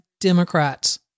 Democrats